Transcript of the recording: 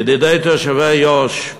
ידידי תושבי יו"ש,